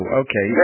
okay